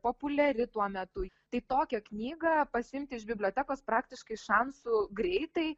populiari tuo metu tai tokią knygą pasiimti iš bibliotekos praktiškai šansų greitai